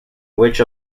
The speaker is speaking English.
which